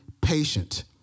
patient